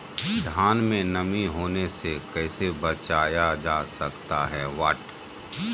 धान में नमी होने से कैसे बचाया जा सकता है?